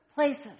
Places